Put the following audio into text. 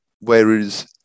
whereas